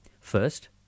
First